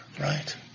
Right